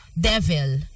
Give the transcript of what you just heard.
Devil